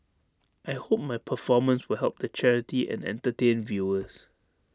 I hope my performance will help the charity and entertain viewers